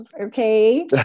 okay